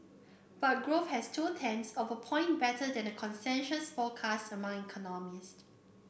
but has two tenths of a point better than a consensus forecast among economist